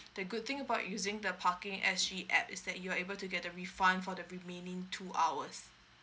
the good thing about using the parking S G app is that you are able to get the refund for the remaining two hours